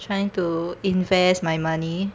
trying to invest my money